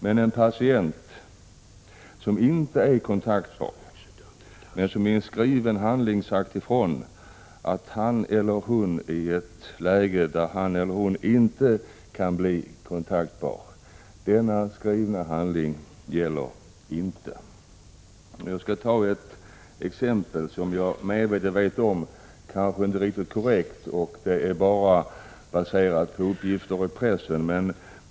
Men om en patient som inte är kontaktbar i en skriven handling har sagt ifrån att han eller hon i ett läge där han eller hon inte är kontaktbar vill slippa livsuppehållande behandling, gäller icke denna skrivna handling. Jag skall ta ett exempel, som bara är baserat på uppgifter i pressen och som därför kanske inte är helt korrekt.